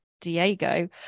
Diego